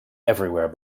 everywhere